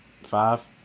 five